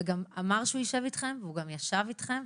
והוא גם אמר שהוא יישב איתכם וגם ישב איתכם,